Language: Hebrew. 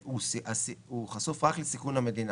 הוא חשוף רק לסיכון המדינה,